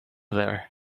there